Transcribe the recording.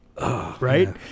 right